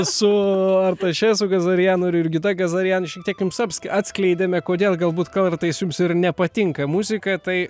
su artašesu gazarianu ir jurgita gazarian šiek tiek jums aps atskleidėme kodėl galbūt kartais jums ir nepatinka muzika tai